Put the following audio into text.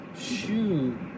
Shoot